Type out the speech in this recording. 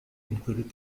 included